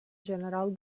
general